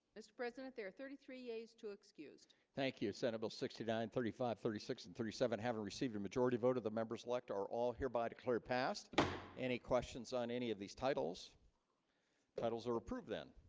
mr. president president there are thirty three days to excuse thank you senate bill sixty nine thirty five thirty six and thirty seven haven't received a majority vote of the members elect are all hereby declare past any questions on any of these titles titles are approved then.